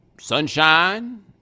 sunshine